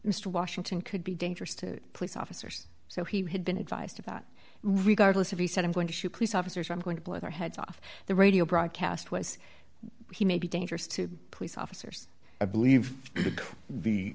mr washington could be dangerous to police officers so he had been advised of that regardless if he said i'm going to shoot police officers i'm going to blow their heads off the radio broadcast was he may be dangerous to police officers i believe th